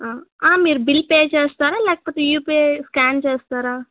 మీరు bill pay చేస్తారా లేకపోతే యూపీఐ స్కాన్ చేస్తారా